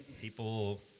people